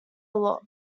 look